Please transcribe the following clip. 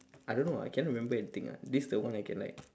I don't know ah I cannot remember anything ah this is the one I can like